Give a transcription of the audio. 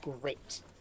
great